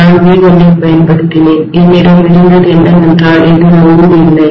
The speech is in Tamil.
நான் V1 ஐப் பயன்படுத்தினேன் என்னிடம் இருந்தது என்னவென்றால் இது சுமைலோடு இல்லை